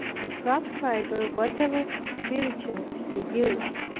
the transcriber, whatever diligence he used,